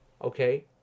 okay